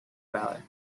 ballot